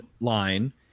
line